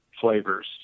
flavors